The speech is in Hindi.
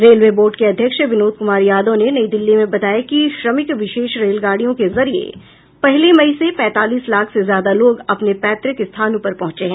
रेलवे बोर्ड के अध्यक्ष विनोद कुमार यादव ने नई दिल्ली में बताया कि श्रमिक विशेष रेलगाडियों के जरिये पहली मई से पैंतालीस लाख से ज्यादा लोग अपने पैतृक स्थानों पर पहुंचे हैं